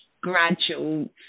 gradual